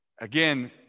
Again